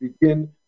begin